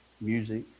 music